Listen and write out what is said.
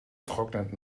trocknet